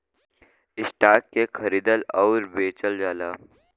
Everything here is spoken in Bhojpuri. स्टॉक के खरीदल आउर बेचल जाला